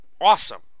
awesome